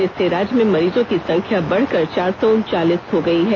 जिससे राज्य में मरीजों की संख्या बढकर चार सौ उनचालीस हो गई है